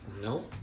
no